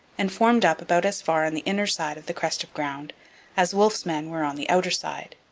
and formed up about as far on the inner side of the crest of ground as wolfe's men were on the outer side.